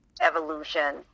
evolution